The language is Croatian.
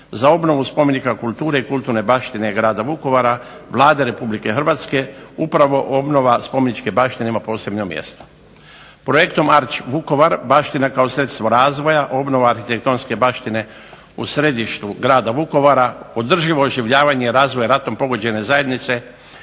za obnovu spomenika kulture i kulturne baštine grada Vukovara, Vlade Republike Hrvatske upravo obnova spomeničke baštine ima posebno mjesto. Projektom "Art Vukovar" baština kao sredstvo razvoja, obnova arhitektonske baštine u središtu grada Vukovara održivo oživljavanje razvoja ratom pogođene zajednice